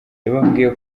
yababwiye